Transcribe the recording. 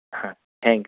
હં thank you હા